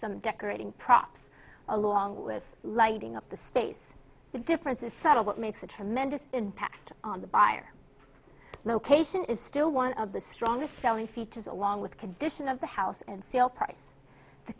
some decorating props along with lighting up the space the difference is subtle but makes a tremendous impact on the buyer location is still one of the strongest selling features along with condition of the house and sale price the